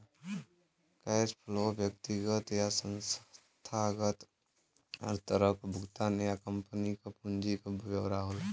cash flow व्यक्तिगत या संस्थागत हर तरह क भुगतान या कम्पनी क पूंजी क ब्यौरा होला